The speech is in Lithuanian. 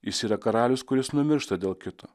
jis yra karalius kuris numiršta dėl kito